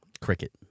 Cricket